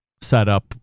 setup